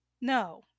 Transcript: No